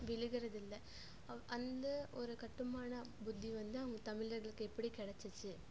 விழுகிறதில்ல அந்த ஒரு கட்டுமான புத்தி வந்து அவங்க தமிழர்களுக்கு எப்படி கெடைச்சிச்சி